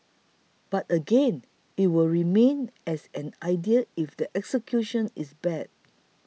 but again it will remain as an idea if the execution is bad